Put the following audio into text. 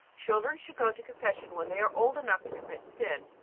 children should go to confession when they are old enough to commit sin,